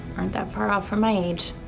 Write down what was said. that far ah from my age.